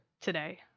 today